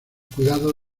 cuidado